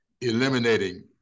eliminating